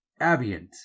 Abiant